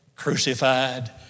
Crucified